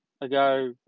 ago